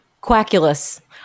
Quackulous